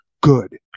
good